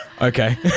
Okay